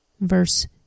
Verse